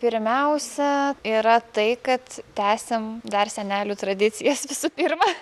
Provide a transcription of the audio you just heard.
pirmiausia yra tai kad tęsiam dar senelių tradicijas visų pirma